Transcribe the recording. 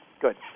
Good